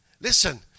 Listen